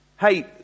Hey